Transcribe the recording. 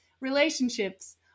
relationships